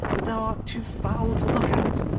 but thou art too foul to look at,